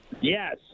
Yes